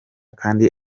kandi